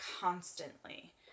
constantly